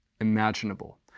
imaginable